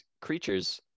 creatures